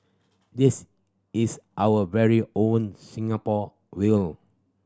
this is our very own Singapore whale